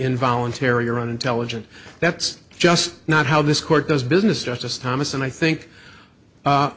involuntary or unintelligent that's just not how this court does business justice thomas and i think